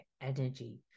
energy